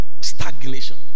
Stagnation